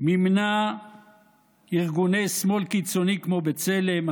מימנה ארגוני שמאל קיצוני כמו בצלם,